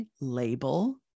label